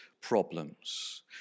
problems